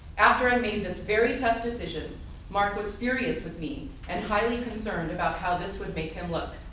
after i made this very tough decision mark was furious with me and highly concerned about how this would make him look.